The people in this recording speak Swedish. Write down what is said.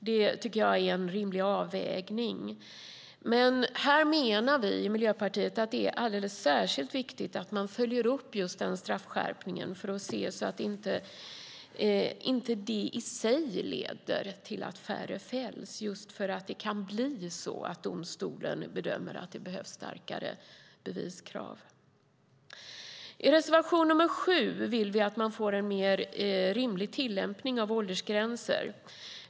Det tycker jag är en rimlig avvägning, men vi i Miljöpartiet menar att det är alldeles särskilt viktigt att man följer upp den här straffskärpningen så att inte straffskärpningarna i sig leder till att färre fälls just för att domstolen kan bedöma att det behövs starkare beviskrav. I reservation nr 7 vill vi att man får en mer rimlig tillämpning av åldersgränser.